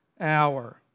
hour